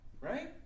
right